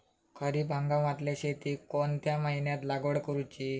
खरीप हंगामातल्या शेतीक कोणत्या महिन्यात लागवड करूची?